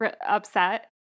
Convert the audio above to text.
upset